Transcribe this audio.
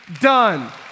done